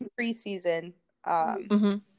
preseason